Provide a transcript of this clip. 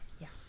Yes